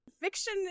Fiction